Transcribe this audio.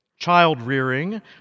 childrearing